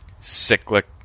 cyclic